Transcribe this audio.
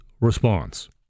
response